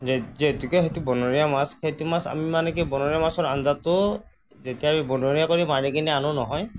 যে যিহেতুকে বনৰীয়া মাছ সেইটো মাছ আমি মানে কি বনৰীয়া মাছৰ আঞ্জাটো যেতিয়া আমি বনৰীয়া কৰি মাৰি কিনি আনো নহয়